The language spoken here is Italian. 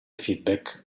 feedback